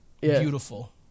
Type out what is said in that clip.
beautiful